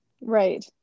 Right